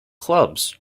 clubs